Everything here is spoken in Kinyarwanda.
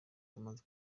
tumaze